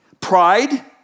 Pride